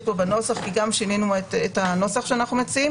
פה בנוסח כי גם שינינו את הנוסח שאנחנו מציעים